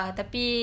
tapi